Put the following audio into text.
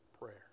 prayer